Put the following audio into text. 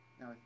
Now